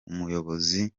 umuyobozi